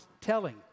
telling